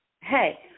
Hey